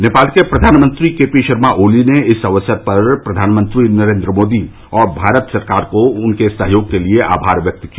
नेपाल के प्रधानमंत्री के पी शर्मा ओली ने इस अवसर पर प्रधानमंत्री मोदी और भारत सरकार को उनके सहयोग के लिए आभार व्यक्त किया